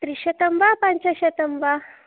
त्रिशतं वा पञ्चशतं वा